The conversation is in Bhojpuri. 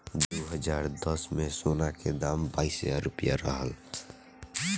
दू हज़ार दस में, सोना के दाम बाईस हजार रुपिया रहल